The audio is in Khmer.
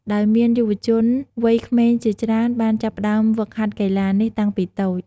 ដោយមានយុវជនវ័យក្មេងជាច្រើនបានចាប់ផ្ដើមហ្វឹកហាត់កីឡានេះតាំងពីតូច។